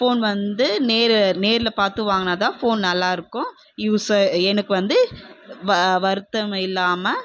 phone வந்து நேர் நேரில் பாத்து வாங்கினாதான் ஃபோன் நல்லாயிருக்கும் யூஸ்ஸு எனக்கு வந்து வ வருத்தம் இல்லாமல்